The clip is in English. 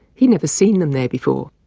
he'd never seen them there before.